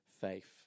faith